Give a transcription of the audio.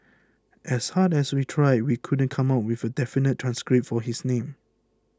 as hard as we tried we couldn't come up with a definitive transcript for his name